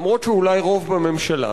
אף-על-פי שאולי הוא רוב בממשלה,